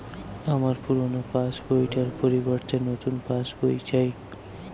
আমার পুরানো passbook টার পরিবর্তে নতুন পাশ বই চাই